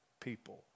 people